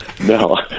No